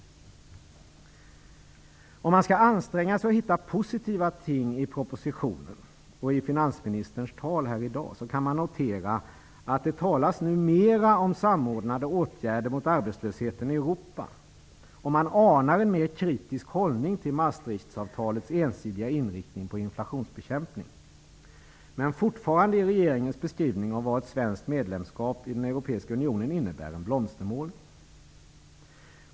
Om man skall anstränga sig att hitta positiva ting i propositionen, och i finansministerns tal här i dag, kan man notera att det nu talas mer om samordnade åtgärder mot arbetslösheten i Europa. Man anar en mer kritiskt hållning till Maastrichtavtalets ensidiga inriktning på inflationsbekämpning. Men fortfarande är regeringens beskrivning av vad ett svenskt medlemskap i den Europeiska unionen innebär en blomstermålning.